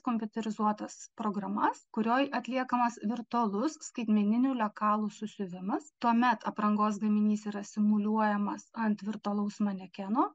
kompiuterizuotas programas kurioj atliekamas virtualus skaitmeninių lekalų susiuvimas tuomet aprangos gaminys yra simuliuojamas ant virtualaus manekeno